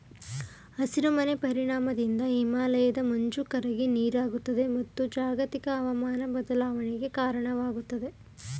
ಹಸಿರು ಮನೆ ಪರಿಣಾಮದಿಂದ ಹಿಮಾಲಯದ ಮಂಜು ಕರಗಿ ನೀರಾಗುತ್ತದೆ, ಮತ್ತು ಜಾಗತಿಕ ಅವಮಾನ ಬದಲಾವಣೆಗೆ ಕಾರಣವಾಗುತ್ತದೆ